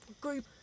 group